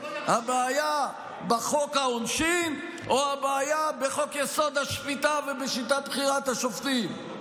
הבעיה בחוק העונשין או הבעיה בחוק-יסוד: השפיטה ובשיטה בחירת השופטים?